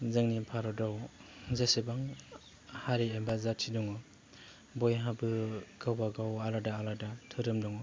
जोंनि भारताव जेसेबां हारि एबा जाथि दङ बयहाबो गावबा गाव आलादा आलादा धोरोम दङ